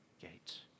gates